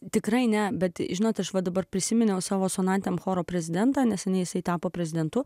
tikrai ne bet žinot aš va dabar prisiminiau savo sonantem choro prezidentą neseniai su tapo prezidentu